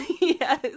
Yes